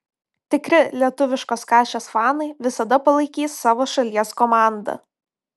tikri lietuviškos kašės fanai visada palaikys savo šalies komandą